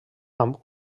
amb